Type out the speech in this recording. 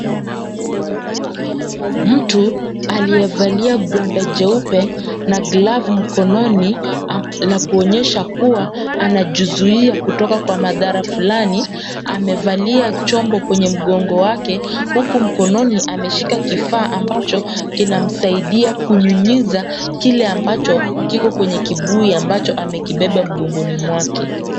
Mtu aliyevalia gwanda jeupe na glavu mkononi anakuonesha kuwa anajizuia kutoka kwa madhara flani. Amevalia chombo kwenye mgongo wake huku mkononi ameshika kifaa ambacho kinamsaidia kunyunyiza kile ambacho kiko kwenye kibuyu ambacho amekibeba mgongoni mwake.